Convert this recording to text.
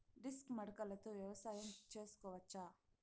Disc మడకలతో వ్యవసాయం చేసుకోవచ్చా??